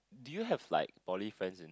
do you have like poly friends in